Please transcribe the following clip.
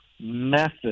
method